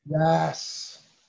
Yes